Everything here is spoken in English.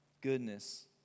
Goodness